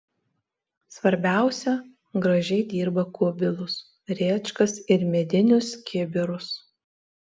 svarbiausia gražiai dirba kubilus rėčkas ir medinius kibirus